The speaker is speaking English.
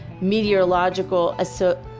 Meteorological